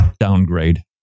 Downgrade